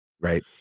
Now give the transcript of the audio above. right